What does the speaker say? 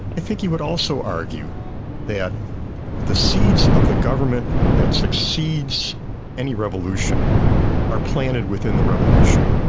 i think you would also argue that the seeds of the government that succeeds any revolution are planted within the revolution,